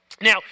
Now